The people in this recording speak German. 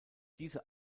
diese